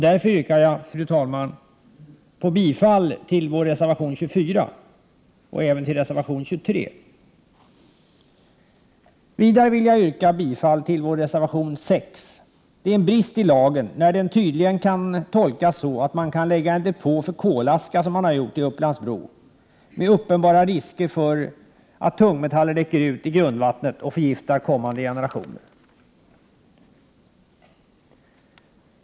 Därför yrkar jag, fru talman, bifall till vår reservation 24 och även till reservation 23. Vidare vill jag yrka bifall till vår reservation 6. Det är en brist i lagen, när den tydligen kan tolkas så att man kan lägga en depå för kolaska som man har gjort i Upplands-Bro, med uppenbara risker för att tungmetaller läcker ut i grundvattnet och förgiftar kommande generationer.